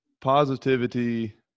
positivity –